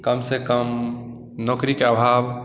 कमसँ कम नौकरीके अभाव